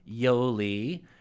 yoli